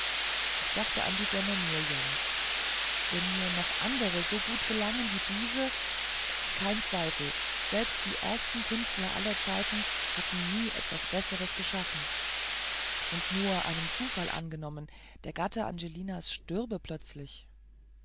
ich dachte an die gemme mirjams wenn mir noch andere so gelangen wie diese kein zweifei selbst die ersten künstler aller zeiten hatten nie etwas besseres geschaffen und nur einen zufall angenommen der gatte angelinas stürbe plötzlich